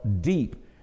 deep